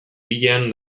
pilean